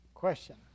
question